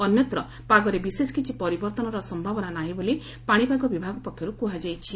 ଅନ୍ୟତ୍ର ପାଗରେ ବିଶେଷ କିଛି ପରିବର୍ଭନର ସୟାବନା ନାହି ବୋଲି ପାଶିପାଗ ବିଭାଗ ପକ୍ଷର୍ କ୍ରହାଯାଇଛି